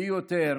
ביותר